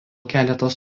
keletas